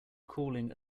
cooling